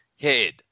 head